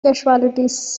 casualties